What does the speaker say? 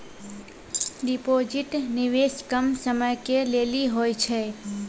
Deposit निवेश कम समय के लेली होय छै?